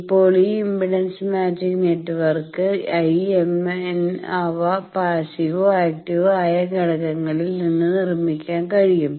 ഇപ്പോൾ ഈ impedance matching network IMN അവ പാസ്സീവോ ആക്റ്റീവോ ആയ ഘടകങ്ങളിൽ നിന്ന് നിർമ്മിക്കാൻ കഴിയും